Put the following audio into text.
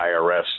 IRS